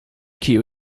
queue